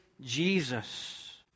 Jesus